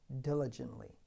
diligently